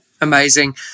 amazing